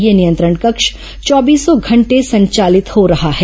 यह नियंत्रण कक्ष चौबीसों घंटे संचालित हो रहा है